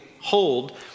hold